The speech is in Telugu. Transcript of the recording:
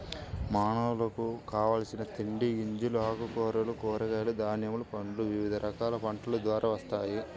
మానవులకు కావలసిన తిండి గింజలు, ఆకుకూరలు, కూరగాయలు, ధాన్యములు, పండ్లు వివిధ రకాల పంటల ద్వారా వస్తాయి